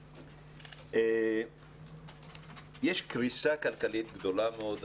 יש קריסה כלכלית גדולה מאוד.